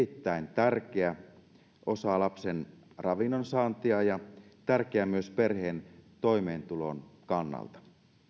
erittäin tärkeä osa lapsen ravinnonsaantia ja tärkeä myös perheen toimeentulon kannalta